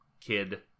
kid